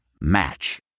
match